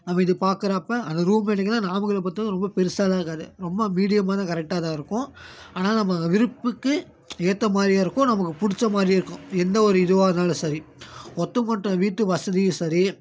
நம்ம இது பாக்கிறப்ப ஆனால் ரூம் பார்த்திங்கன்னா நாமக்கல்லை பொறுத்தவரைக்கும் ரொம்ப பெருசாகலாம் இருக்காது ரொம்ப மீடியாமாகதான் கரெக்டாக தான் இருக்கும் ஆனால் நம்ம விருப்புக்கு ஏற்ற மாதிரியா இருக்கும் நமக்கு பிடிச்ச மாதிரியும் இருக்கும் எந்தவொரு இதுவாக இருந்தாலும் சரி ஒத்துமொட்ட வீட்டு வசதியும் சரி